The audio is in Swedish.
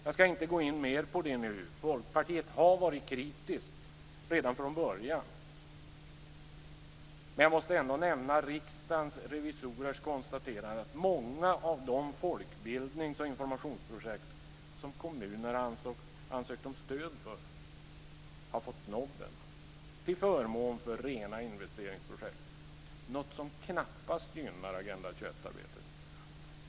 Jag ska inte gå in mer på det nu - Folkpartiet var kritiskt redan från början - men jag måste nämna konstaterandet från Riksdagens revisorer, att många av de folkbildnings och informationsprojekt som kommunerna ansökt om stöd för har fått nobben till förmån för rena investeringsprojekt, något som knappast gynnar Agenda 21-arbetet.